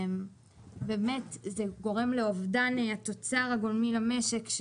זה דבר שגורם לאובדן תוצר גולמי למשק,